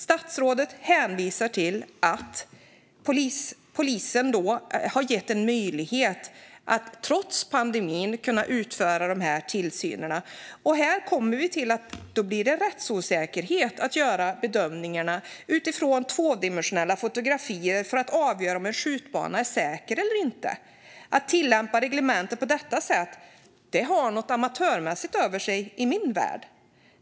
Statsrådet hänvisar till att polisen har erbjudit en möjlighet att trots pandemin utföra denna tillsyn. Då handlar det om att det blir rättsosäkert att göra bedömningarna utifrån tvådimensionella fotografier för att avgöra om en skjutbana är säker eller inte. Att tillämpa reglementet på detta sätt har något amatörmässigt över sig i min värld.